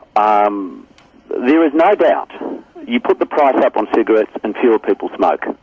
ah um there is no doubt you put the price up on cigarettes and fewer people smoke.